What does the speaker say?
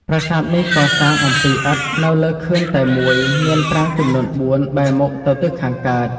ប្រាសាទនេះកសាង អំពីឥដ្ឋ នៅលើខឿនតែមួយ មានប្រាង្គ ចំនួន ៤ បែរមុខទៅទិសខាងកើត។